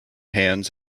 hands